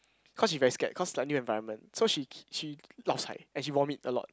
cause she very scared cause like new environment so she she lao sai and she vomit a lot